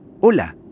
Hola